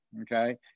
okay